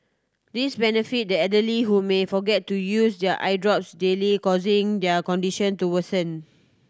this benefits the elderly who may forget to use their eye drops daily causing their condition to worsen